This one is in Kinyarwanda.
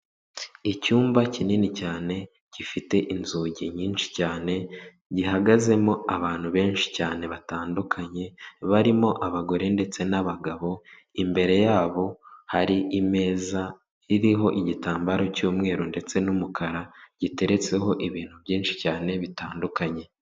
Icyumba kinini cyane gifite inzugi nyinshi cyane, gihagazemo abantu benshi cyane batandukanye barimo abagore ndetse n'abagabo, imbere yabo hari imeza iriho igitambaro cy'umweru ndetse n'umukara giteretseho ibintu byinshi cyane bitandukanye.